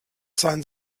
sein